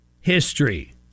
history